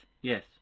Yes